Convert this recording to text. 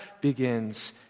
begins